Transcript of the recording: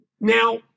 Now